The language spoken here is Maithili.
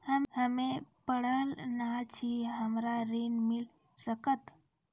हम्मे पढ़ल न छी हमरा ऋण मिल सकत?